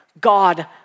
God